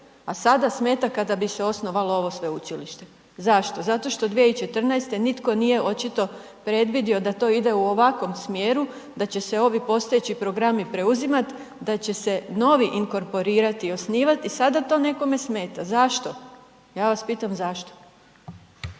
a sada smeta kada bi se osnovalo ovo sveučilište. Zašto? Zato što 2014. nitko nije očito predvidio da to ide u ovakvom smjeru, da će se ovi postojeći programi preuzimati, da će se novi inkorporirati i osnivati i sada to nekome smeta. Zašto? Ja vas pitam zašto.